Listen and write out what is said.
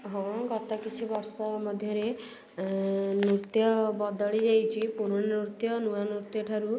ହଁ ଗତ କିଛି ବର୍ଷ ମଧ୍ୟରେ ନୃତ୍ୟ ବଦଳି ଯାଇଛି ପୁରୁଣା ନୃତ୍ୟ ନୂଆ ନୃତ୍ୟ ଠାରୁ